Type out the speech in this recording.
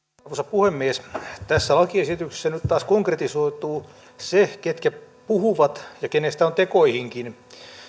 puhemies tässä lakiesityksessä nyt taas konkretisoituu se ketkä puhuvat ja kenestä on tekoihinkin